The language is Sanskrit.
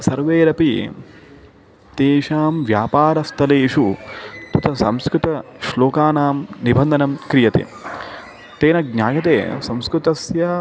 सर्वैरपि तेषां व्यापारस्थलेषु तत्र संस्कृत श्लोकानां निबन्धनं क्रियते तेन ज्ञायते संस्कृतस्य